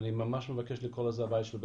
אני ממש מבקש לקרוא לזה הבית של בנג'י.